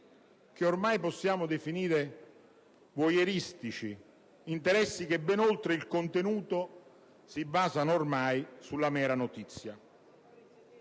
che ormai possiamo definire voyeuristici, che, ben oltre il contenuto, si basano ormai sulla mera notizia.